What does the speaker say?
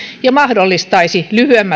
ja mahdollistaisi